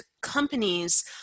companies